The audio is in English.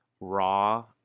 raw